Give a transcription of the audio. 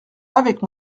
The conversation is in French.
avec